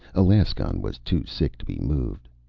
alaskon was too sick to be moved.